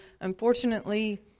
unfortunately